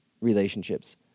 relationships